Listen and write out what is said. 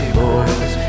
boys